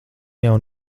jau